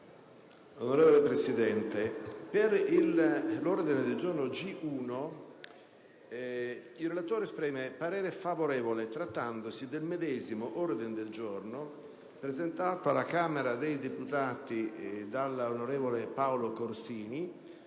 Signor Presidente, sull'ordine del giorno G1 il relatore esprime parere favorevole, trattandosi del medesimo ordine del giorno presentato il 1° luglio scorso alla Camera dei deputati dall'onorevole Paolo Corsini